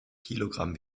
kilogramm